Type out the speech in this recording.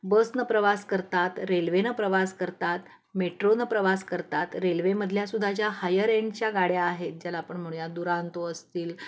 बसनं प्रवास करतात रेल्वेनं प्रवास करतात मेट्रोनं प्रवास करतात रेल्वेमधल्यासुधा ज्या हायर एंडच्या गाड्या आहेत ज्याला आपण म्हणूया दुरांतो असतील